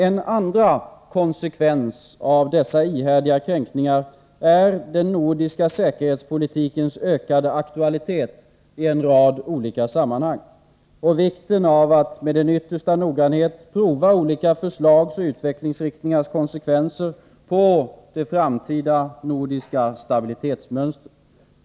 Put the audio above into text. En andra konsekvens av dessa ihärdiga kränkningar är den nordiska säkerhetspolitikens ökade aktualitet i en rad olika sammanhang och vikten av att med den yttersta noggrannhet pröva olika förslags och utvecklingsriktningars konsekvenser på det framtida nordiska stabilitetsmönstret.